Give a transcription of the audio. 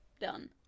Done